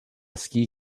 ski